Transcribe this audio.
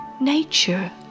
nature